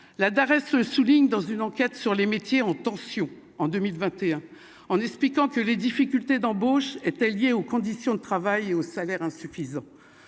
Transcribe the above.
la d'Darès ce souligne dans une enquête sur les métiers en tension, en 2021 en expliquant que les difficultés d'embauche était lié aux conditions. Travail et aux salaires insuffisants,